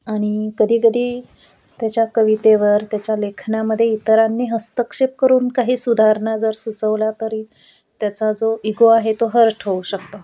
आणि कधीकधी त्याच्या कवितेवर त्याच्या लेखनामध्ये इतरांनी हस्तक्षेप करून काही सुधारणा जर सुचवल्या तरी त्याचा जो इगो आहे तो हर्ट होऊ शकतो